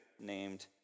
named